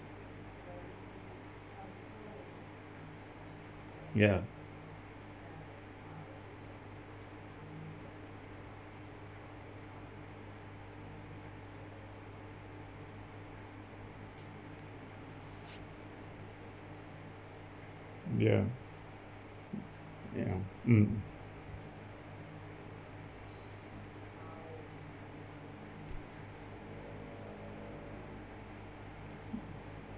ya ya ya mm